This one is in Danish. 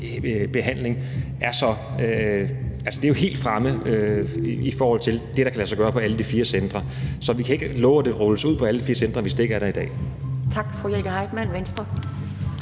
behandling er helt fremme i forhold til det, der kan lade sig gøre på alle de fire centre. Så vi kan ikke love, at det rulles ud på alle de fire centre, hvis det ikke er der i dag. Kl. 12:37 Anden